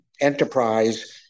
enterprise